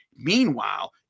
meanwhile